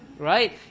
Right